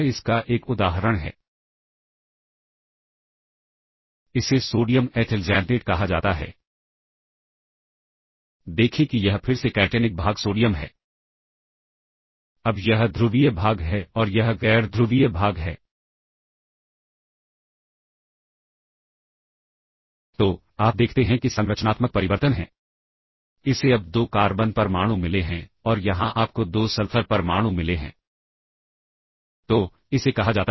इसलिए उदाहरण के लिए यदि मान लीजिए जब ये देखते हैं तो पुश की संख्या 4 होती है और पॉप की संख्या तीन होती है इसका मतलब है स्थिति इस प्रकार है कि जब आप एक सबरूटीन को कॉल कर रहे हैं तो आप जानते हैं कि पहले यदि रिटर्न पता स्टैक पर सहेजा जाता है